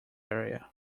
area